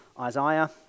Isaiah